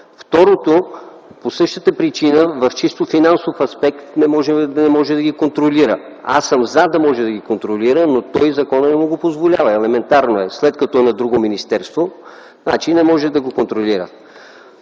Второ, по същата причина, в чисто финансов аспект не може да ги контролира. Аз съм „за” да може да ги контролира, но законът не му го позволява. Елементарно е – след като е на друго министерство, значи не може да го контролира.